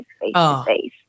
face-to-face